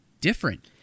different